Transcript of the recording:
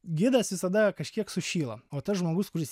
gidas visada kažkiek sušyla o tas žmogus kuris